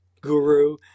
guru